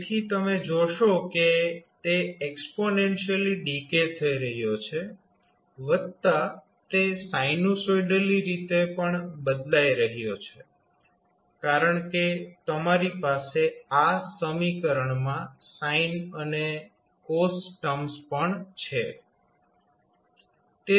તેથી તમે જોશો કે તે એક્સ્પોનેન્શિયલી ડીકે થઈ રહ્યો છે વત્તા તે સાઇનુસાઇડલી રીતે પણ બદલાઇ રહ્યો છે કારણ કે તમારી પાસે આ સમીકરણમાં સાઇન અને કોસ ટર્મ્સ પણ છે